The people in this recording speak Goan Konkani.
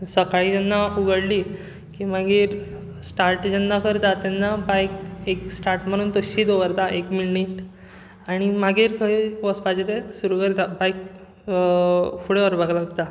सकाळी जेन्ना उगडली की मागीर स्टार्ट जेन्ना करता तेन्ना बायक एक स्टार्ट मारून तश्शी दवरता एक मिनीट आनी मागीर खंय वचपाचे ते सुरु करत बायक फुडें व्हरपाक लागता